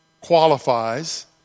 qualifies